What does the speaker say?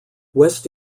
west